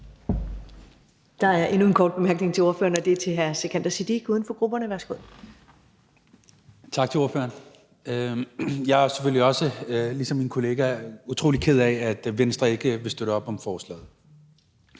Der er endnu en kort bemærkning til ordføreren, og den er fra hr. Sikandar Siddique, uden for grupperne. Værsgo. Kl. 11:04 Sikandar Siddique (UFG): Tak til ordføreren. Jeg er selvfølgelig også ligesom min kollega utrolig ked af, at Venstre ikke vil støtte op om forslaget.